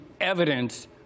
evidence